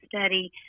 study